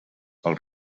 els